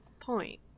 point